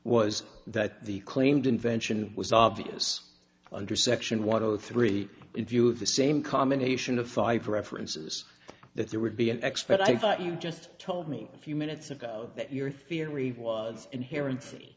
was that the claimed invention was obvious under section one hundred three if you have the same combination of five references that there would be an expert i thought you just told me a few minutes ago that your theory was inherently